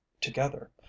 together